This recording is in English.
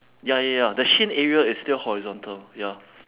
ya ya ya the shin area is still horizontal ya